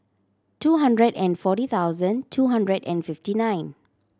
two hundred and forty thousand two hundred and fifty nine